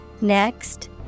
Next